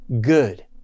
good